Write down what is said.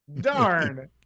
Darn